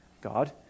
God